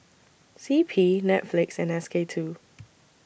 C P Netflix and S K two